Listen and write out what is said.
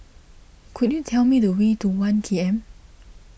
could you tell me the way to one K M